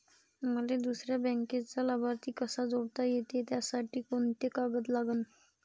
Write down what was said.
मले दुसऱ्या बँकेचा लाभार्थी कसा जोडता येते, त्यासाठी कोंते कागद लागन?